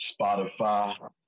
Spotify